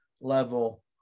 level